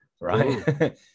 Right